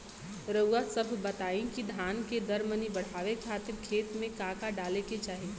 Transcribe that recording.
रउआ सभ बताई कि धान के दर मनी बड़ावे खातिर खेत में का का डाले के चाही?